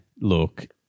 Look